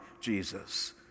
Jesus